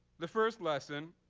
the first lesson,